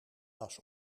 was